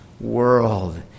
world